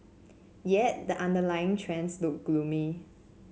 yet the underlying trends look gloomy